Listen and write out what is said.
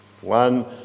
one